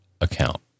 account